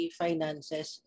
finances